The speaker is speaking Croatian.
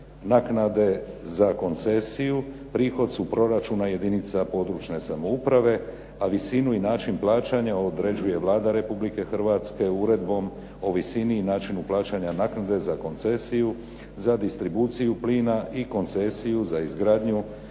Naknade za koncesiju prihod su proračuna jedinica područne samouprave, a visinu i način plaćanja određuje Vlada Republike Hrvatske uredbom o visini i načinu plaćanja naknade za koncesiju, za distribuciju plina i koncesiju za izgradnju